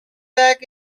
back